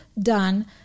done